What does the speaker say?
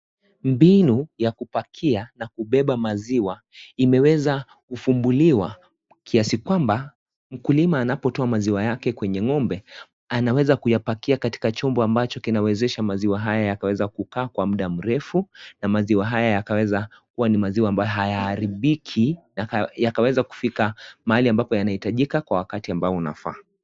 Mbinu ya kuipakia na kubeba maziwa imeweza kufumbuliwa kiasi kwamba mkulima anapotoa maziwa yake kwenye ng'ombe, anaweza kuyapakia katika chombo ambacho kinawezesha maziwa haya yakaweza kukaa kwa muda mrefu na maziwa haya yakaweza kua ni maziwa ambayo hayaharibiki yakaweza kufika mahali ambapo yanahitajika kwa wakati ambao unafaa.